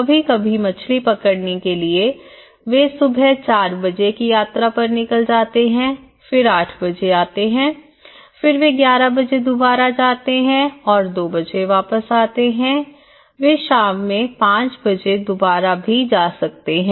कभी कभी मछली पकड़ने के लिए वे सुबह 400 बजे की यात्रा पर निकल जाते हैं फिर आठ बजे आते हैं फिर वे 1100 बजे जाते हैं और 200 बजे वापस आते हैं वे शाम 500 बजे दोबारा भी जा सकते हैं